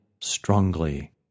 strongly